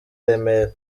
remera